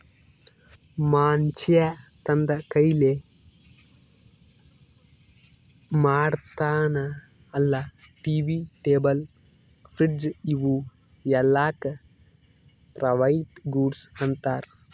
ಮನ್ಶ್ಯಾ ತಂದ್ ಕೈಲೆ ಮಾಡ್ತಾನ ಅಲ್ಲಾ ಟಿ.ವಿ, ಟೇಬಲ್, ಫ್ರಿಡ್ಜ್ ಇವೂ ಎಲ್ಲಾಕ್ ಪ್ರೈವೇಟ್ ಗೂಡ್ಸ್ ಅಂತಾರ್